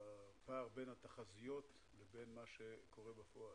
בין התחזיות לבין מה שקורה בפועל.